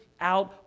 out